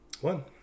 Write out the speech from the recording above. One